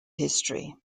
history